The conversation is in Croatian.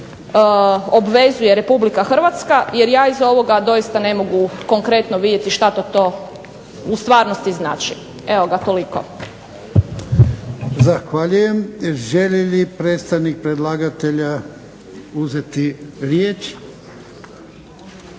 Zahvaljujem. Želi li predstavnik predlagatelja uzeti riječ?